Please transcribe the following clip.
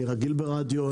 אני רגיל ברדיו,